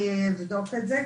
אני אבדוק את זה.